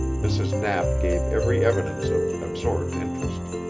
mrs. knapp gave every evidence of absorbed interest.